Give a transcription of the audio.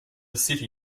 city